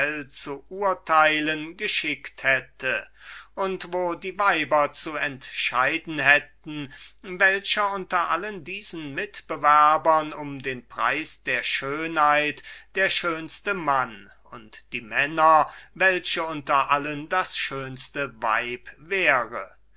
zu urteilen geschickt hätten und wo die weiber zu entscheiden hätten welcher unter allen diesen mitwerbern um den preis der schönheit der schönste mann und die männer welche unter allen das schönste weib wäre